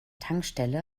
tankstelle